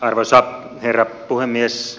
arvoisa herra puhemies